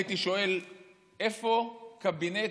הייתי שואל איפה הקבינט.